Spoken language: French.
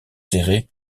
serrées